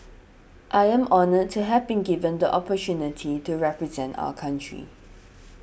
I am honoured to have been given the opportunity to represent our country